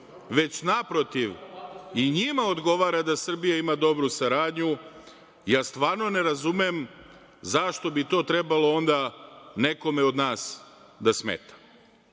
već naprotiv i njima odgovara da Srbija ima dobru saradnju. Ja stvarno ne razumem zašto bi to trebalo onda nekome od nas da smeta.